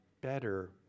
better